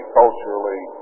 culturally